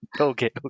Okay